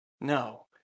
no